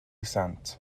sant